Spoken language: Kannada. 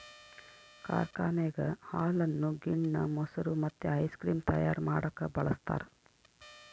ಕಾರ್ಖಾನೆಗ ಹಾಲನ್ನು ಗಿಣ್ಣ, ಮೊಸರು ಮತ್ತೆ ಐಸ್ ಕ್ರೀಮ್ ತಯಾರ ಮಾಡಕ ಬಳಸ್ತಾರ